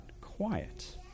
quiet